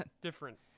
different